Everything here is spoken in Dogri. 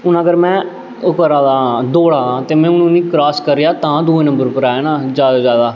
हून अगर में ओह् करा दां दौड़ा दां ते में हून उ'नें गी क्रास करी आ तां दुए नंबर पर आया ना जैदा ते जैदा